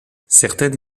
certaines